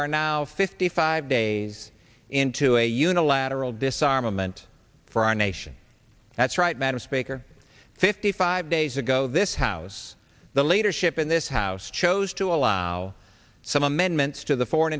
are now fifty five days into a unilateral disarmament for our nation that's right madam speaker fifty five days ago this house the leadership in this house chose to allow some amendments to the foreign